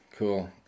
cool